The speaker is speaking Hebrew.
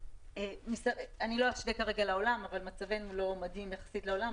אני לא אשווה כרגע לעולם אבל מצבנו לא מדהים יחסית לעולם,